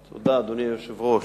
תודה, אדוני היושב-ראש,